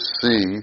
see